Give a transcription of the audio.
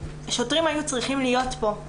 השוטרים היו צריכים להיות פה,